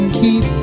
keep